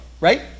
right